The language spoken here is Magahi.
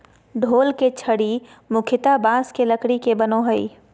ढोल के छड़ी मुख्यतः बाँस के लकड़ी के बनो हइ